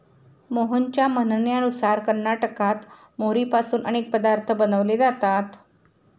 मोहनच्या म्हणण्यानुसार कर्नाटकात मोहरीपासून अनेक पदार्थ बनवले जातात